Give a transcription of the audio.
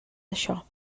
això